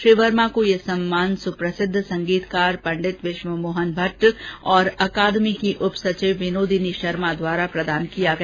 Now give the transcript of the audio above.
श्री वर्मा को यह सम्मान सुप्रसिद्ध संगीतकार पं विश्वमोहन भट्ट तथा अकादमी की उपसचिव विनोदिनी शर्मा द्वारा प्रदान किया गया